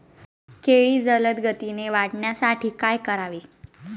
केळी जलदगतीने वाढण्यासाठी काय करावे?